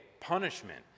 punishment